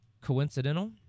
coincidental